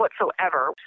whatsoever